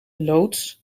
loods